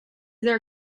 there